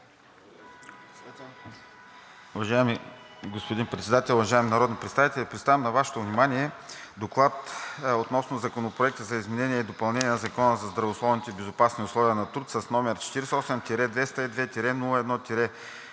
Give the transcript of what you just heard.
Уважаеми господин Председател, уважаеми народни представители! Представям на Вашето внимание „ДОКЛАД за първо гласуване относно Законопроект за изменение и допълнение на Закона за здравословни и безопасни условия на труд, с № 48-202-01-5,